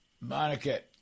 Monica